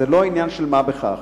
זה לא עניין של מה בכך.